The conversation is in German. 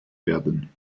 werden